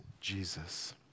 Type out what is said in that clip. Jesus